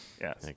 Yes